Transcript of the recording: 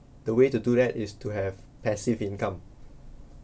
the way to do that is to have passive income